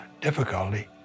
difficulty